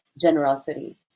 generosity